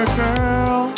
girl